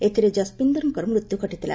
ଏଥିରେ ଯଶବୀନ୍ଦରଙ୍କର ମୃତ୍ୟୁ ଘଟିଥିଲା